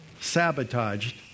sabotaged